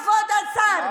כבוד השר,